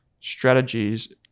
strategies